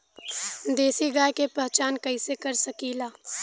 देशी गाय के पहचान कइसे कर सकीला?